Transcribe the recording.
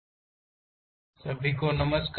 section और sectional दृश्य जारी हैं सभी को नमस्कार